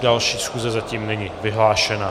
Další schůze zatím není vyhlášena.